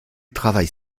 travaille